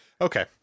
Okay